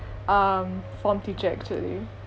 um form teacher actually